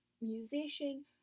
musician